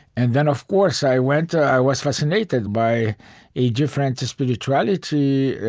and then, of course, i went i was fascinated by a different spirituality